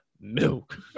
milk